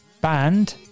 band